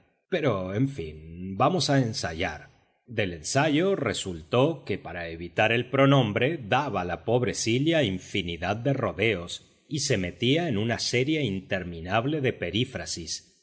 pero en fin vamos a ensayar del ensayo resultó que para evitar el pronombre daba la pobrecilla infinidad de rodeos y se metía en una serie interminable de perífrasis si